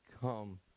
come